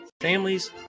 families